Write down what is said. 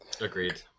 Agreed